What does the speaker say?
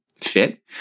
fit